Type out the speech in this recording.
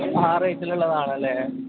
ആ റേറ്റിൽ ഉള്ളതാണല്ലേ